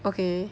okay